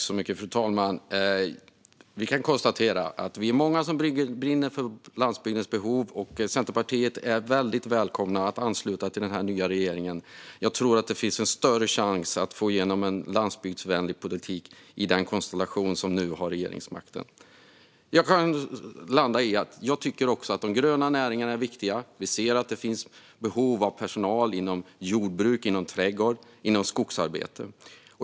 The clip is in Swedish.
Fru talman! Vi kan konstatera att vi är många som brinner för landsbygdens behov. Centerpartiet är väldigt välkommet att ansluta till den nya regeringen. Jag tror att det finns en större chans att få igenom en landsbygdsvänlig politik i den konstellation som nu har regeringsmakten. Jag tycker också att de gröna näringarna är viktiga. Vi ser att det finns behov av personal inom jordbruk, trädgård och skogsarbete.